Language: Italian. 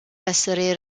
essere